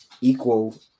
equal